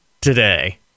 today